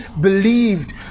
believed